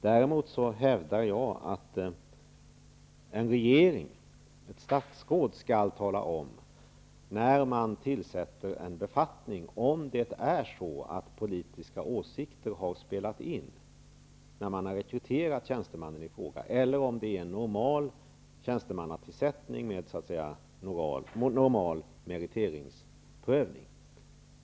Däremot hävdar jag att en regering, ett statsråd, när man tillsätter en befattning skall tala om ifall politiska åsikter har spelat in vid rekryteringen av tjänstemannen i fråga eller om det är en normal tjänstetillsättning med normal meritprövning.